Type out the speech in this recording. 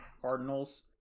cardinals